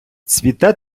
цвіте